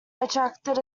attracted